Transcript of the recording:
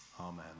Amen